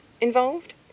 involved